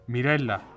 Mirella